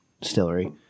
distillery